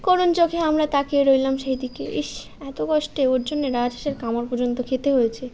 করুণ চোখে আমরা তাকিয়ে রইলাম সেই দিকে ইস এত কষ্টে ওর জন্যে রাজহাঁসের কামড় পর্যন্ত খেতে হয়েছে